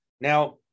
Now